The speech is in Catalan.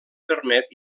permet